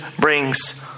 brings